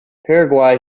paraguay